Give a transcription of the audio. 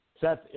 Seth